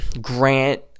Grant